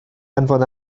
anfon